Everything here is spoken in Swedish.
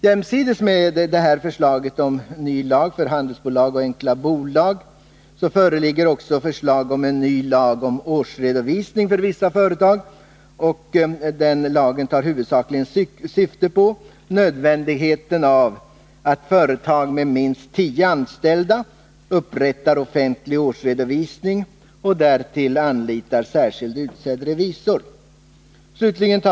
Jämsides med detta förslag till ny lag om handelsbolag och enkla bolag föreligger också förslag till en ny lag om årsredovisning för vissa företag, och den lagen tar huvudsakligen sikte på nödvändigheten av att företag med minst tio anställda upprättar offentlig årsredovisning och därtill anlitar särskilt utsedd revisor.